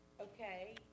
okay